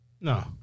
no